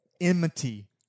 enmity